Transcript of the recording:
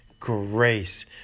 grace